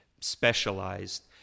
specialized